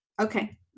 Okay